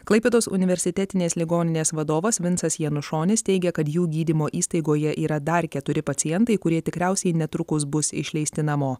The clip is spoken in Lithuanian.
klaipėdos universitetinės ligoninės vadovas vincas janušonis teigė kad jų gydymo įstaigoje yra dar keturi pacientai kurie tikriausiai netrukus bus išleisti namo